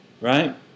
Right